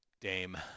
Dame